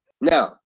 Now